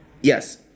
Yes